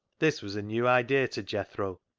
this was a new idea to jethro,